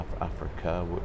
Africa